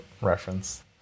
reference